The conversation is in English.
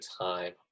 time